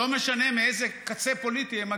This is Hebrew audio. לא משנה מאיזה קצה פוליטי הם מגיעים.